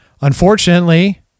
Unfortunately